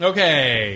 Okay